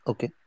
Okay